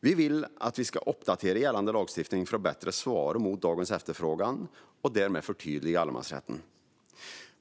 Vi vill att man ska uppdatera gällande lagstiftning, så att den svarar bättre mot dagens efterfrågan, och därmed förtydliga allemansrätten.